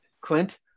Clint